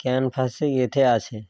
ক্যানভাসে গেঁথে আছে